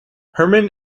herman